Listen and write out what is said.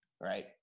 right